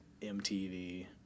MTV